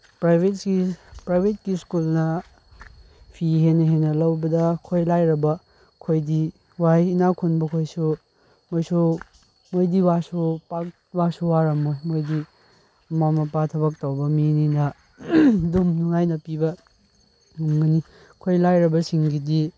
ꯄ꯭ꯔꯥꯏꯚꯦꯠꯀꯤ ꯁ꯭ꯀꯨꯜꯅ ꯐꯤ ꯍꯦꯟꯅ ꯍꯦꯟꯅ ꯂꯧꯕꯗ ꯑꯩꯈꯣꯏ ꯂꯥꯏꯔꯕ ꯑꯩꯈꯣꯏꯗꯤ ꯋꯥꯏ ꯏꯅꯥꯈꯨꯟꯕ ꯃꯈꯣꯏꯁꯨ ꯃꯣꯏꯁꯨ ꯃꯣꯏꯗꯤ ꯋꯥꯔꯁꯨ ꯄꯥꯛ ꯋꯥꯁꯨ ꯋꯥꯔꯝꯃꯣꯏ ꯃꯣꯏꯗꯤ ꯃꯃꯥ ꯃꯄꯥ ꯊꯕꯛ ꯇꯧꯕ ꯃꯤꯅꯤꯅ ꯑꯗꯨꯝ ꯅꯨꯡꯉꯥꯏꯅ ꯄꯤꯕ ꯉꯝꯒꯅꯤ ꯑꯩꯈꯣꯏ ꯂꯥꯏꯔꯕꯁꯤꯡꯒꯤꯗꯤ